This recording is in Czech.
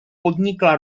podnikla